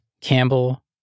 Campbell